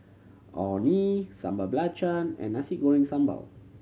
Orh Nee Sambal Belacan and Nasi Goreng Sambal